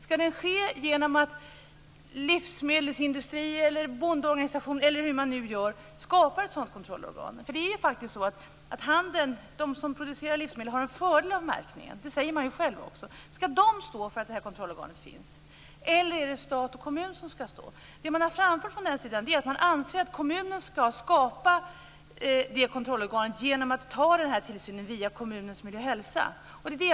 Skall den ske genom att livsmedelsindustri eller bondeorganisation skapar ett sådant kontrollorgan? Handeln, dvs. de som producerar livsmedlen har en fördel av märkningen. Det säger man själv. Skall de stå för att kontrollorganet finns, eller är det stat och kommun som skall stå för det? Man har från det hållet framfört att man anser att kommunen skall skapa kontrollorganet genom att ta tillsynen via kommunens miljö och hälsa.